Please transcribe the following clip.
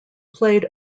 played